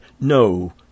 no